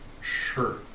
Sure